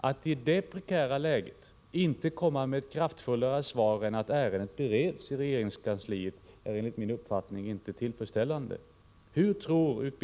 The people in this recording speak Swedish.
Atti detta prekära läge inte komma med ett kraftfullare svar än att ärendet bereds i regeringskansliet är enligt min uppfattning inte tillfredsställande.